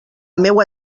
meua